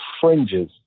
fringes